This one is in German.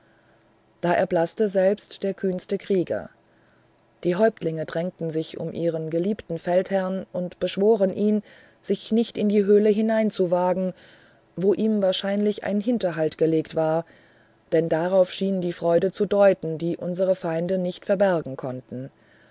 da erblaßte selbst der kühnste krieger die häuptlinge drängten sich um ihren geliebten feldherrn und beschworen ihn sich nicht in die höhle hineinzuwagen wo ihm wahrscheinlich ein hinterhalt gelegt war denn darauf schien die freude zu deuten die unsere feinde nicht verbergen konnten